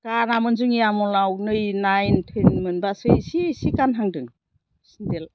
गानामोन जोंनि आमोलआव नै नाइन टेन मोनबासे एसे एसे गानहांदों सिन्देल